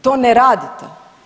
To ne radite.